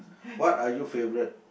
what are you favourite